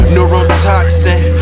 Neurotoxin